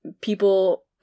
people